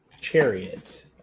chariot